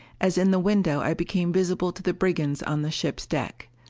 as in the window i became visible to the brigands on the ship's deck.